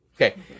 Okay